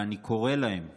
ואני קורא להם שוב: